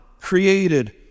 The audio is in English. created